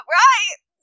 right